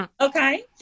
okay